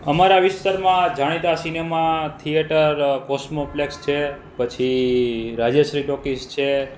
અમારા વિસ્તારમાં જાણીતા સિનેમા થિયેટર કોસમોપલેક્સ છે પછી રાજેશ્રી ટોકીઝ છે